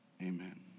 Amen